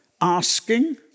asking